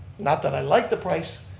not that i like the price,